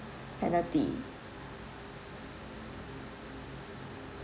penalty